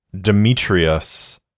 demetrius